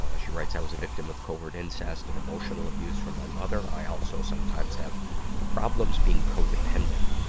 ah she writes, i was a victim of covert incest and emotional abuse from my mother. i also sometimes have problems being codependent.